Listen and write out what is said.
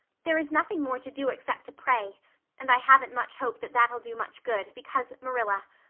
there is nothing more to do except to pray and i haven't much hope that that'll do much good because, marilla,